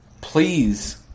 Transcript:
Please